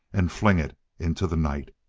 and fling it into the night.